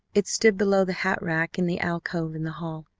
it stood below the hat-rack in the alcove in the hall,